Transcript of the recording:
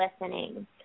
listening